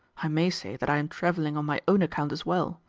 i may say that i am travelling on my own account as well,